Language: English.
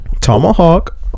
Tomahawk